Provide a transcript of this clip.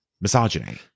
misogyny